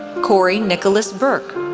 corey nicholas burke,